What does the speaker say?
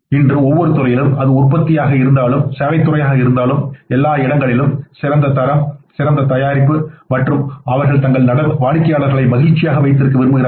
இன்று ஒவ்வொரு துறையிலும் அது உற்பத்தியாக இருந்தாலும் அது சேவைத் துறையாக இருந்தாலும் எல்லா இடங்களிலும் சிறந்த தரம் சிறந்த தயாரிப்பு மற்றும் அவர்கள் தங்கள் வாடிக்கையாளர்களை மகிழ்ச்சியாக வைத்திருக்க விரும்புகிறார்கள்